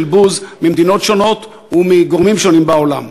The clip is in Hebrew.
בוז ממדינות שונות ומגורמים שונים בעולם.